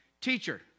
teacher